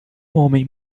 homem